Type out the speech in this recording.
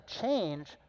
change